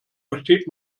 versteht